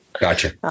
Gotcha